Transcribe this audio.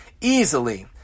easily